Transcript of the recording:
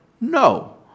no